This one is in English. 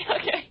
okay